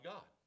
God